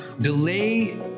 Delay